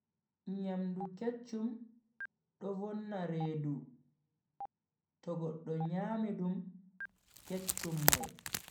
Nyamdu kecchum do vonna redu to goddo nyami dum kecchum mai.